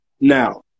now –